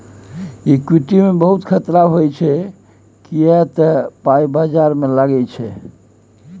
equity मे बहुत खतरा होइ छै किए तए पाइ बजार मे लागै छै